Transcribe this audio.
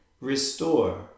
Restore